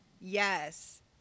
Yes